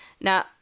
Now